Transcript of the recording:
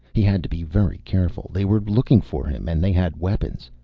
he had to be very careful. they were looking for him and they had weapons.